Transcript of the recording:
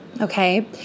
Okay